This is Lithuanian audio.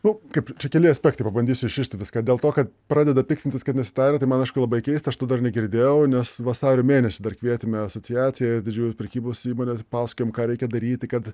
nu kaip čia keli aspektai pabandysiu išrišti viską dėl to kad pradeda piktintis kad nesitarę tai man aišku labai keista aš to dar negirdėjau nes vasario mėnesį dar kvietėme asociaciją didžiųjų prekybos įmonių pasakojom ką reikia daryti kad